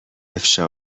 افشا